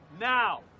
now